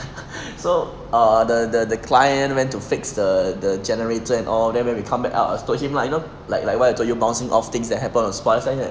so err the the client went to fix the the generator and all then when we come back out I just told him lah like you know like like what I told you bouncing off things that happened on saying that